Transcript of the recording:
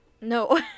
No